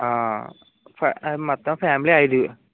మొత్తం ఫ్యామిలీ ఐదుగురు